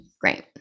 Great